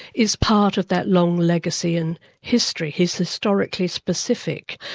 is part of that long legacy and history he's historically specific.